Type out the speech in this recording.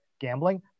Gambling